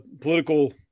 political